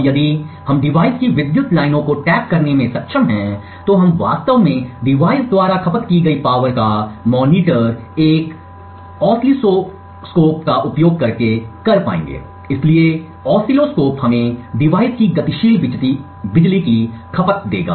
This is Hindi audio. अब यदि हम डिवाइस की विद्युत लाइनों को टैप करने में सक्षम हैं तो हम वास्तव में डिवाइस द्वारा खपत की गई पावर का मॉनीटर एक ऑसिलोस्कोप का उपयोग करके कर पाएंगे इसलिए ऑसिलोस्कोप हमें डिवाइस की गतिशील बिजली की खपत देगा